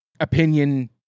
opinion